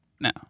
No